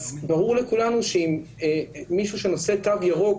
אז ברור לכולנו שאם מישהו שנושא תו ירוק